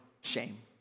shame